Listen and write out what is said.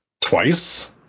twice